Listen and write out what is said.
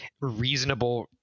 reasonable